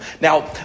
Now